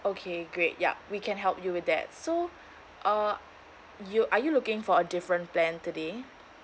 okay great yup we can help you with that so uh you are you looking for a different plan today